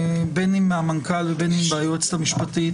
בין אם מהמנכ"ל ובין אם מהיועצת המשפטית,